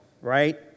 right